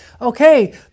Okay